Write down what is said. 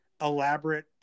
elaborate